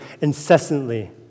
incessantly